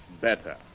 better